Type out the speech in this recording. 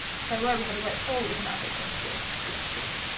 so where we had the weight four, we've now got those four relationships,